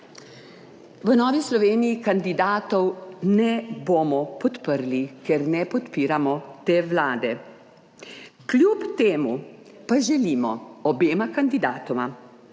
V Novi Sloveniji kandidatov ne bomo podprli, ker ne podpiramo te Vlade. Kljub temu pa želimo obema kandidatoma